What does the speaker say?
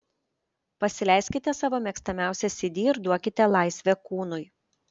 pasileiskite savo mėgstamiausią cd ir duokite laisvę kūnui